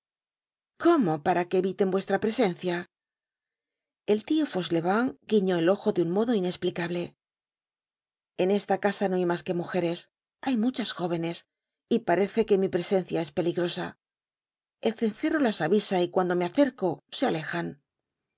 cómo para que eviten vuestra presencia el tio faüchelevent guiñó el ojo de un modo inesplicable en esta casa no hay mas que mujeres hay muchas jóvenes y parece que mi presencia es peligrosa el cencerro las avisa y cuando me acerco se alejan